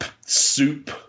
soup